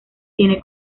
tiene